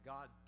God